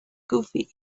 goofy